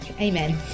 Amen